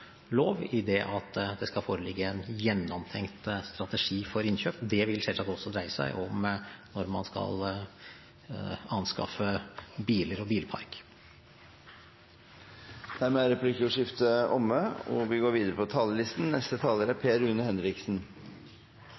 lov – i det at det skal foreligge en gjennomtenkt strategi for innkjøp. Det vil selvsagt også dreie seg om når man skal anskaffe biler og bilpark. Dermed er replikkordskiftet omme.